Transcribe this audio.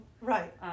Right